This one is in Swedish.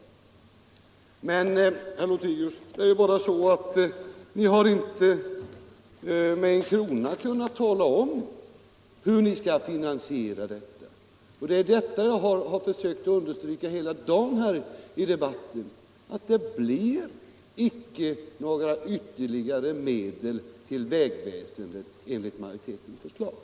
Men, herr Lothigius, ni har inte kunnat föreslå en enda krona till finansieringen av det. Och det är det jag försökt understryka hela tiden i debatten — det blir inte några ytterligare medel till vägväsendet enligt majoritetens förslag.